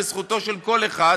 וזכותו של כל אחד